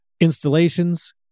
Installations